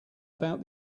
about